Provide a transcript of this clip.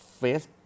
face